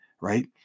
right